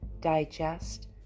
digest